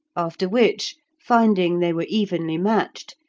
after which, finding they were evenly matched,